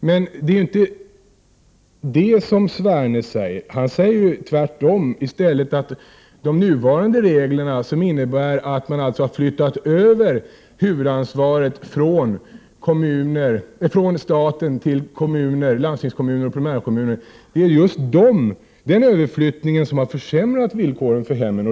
Men Sverne säger ju att de nuvarande reglerna som innebär att man flyttat över huvudansvaret från staten till landstingskommuner och primärkommuner har försämrat villkoren för hemmen.